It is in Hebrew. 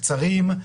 קצרים,